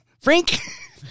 Frank